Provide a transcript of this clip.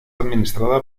administrada